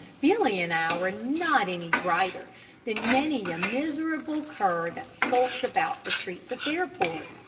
billy and i were not any brighter than many a miserable cur that skulked about the streets of fairport.